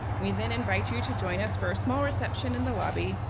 we then invite you to join us for a small reception in the lobby,